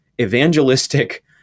evangelistic